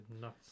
nuts